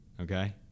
Okay